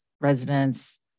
residents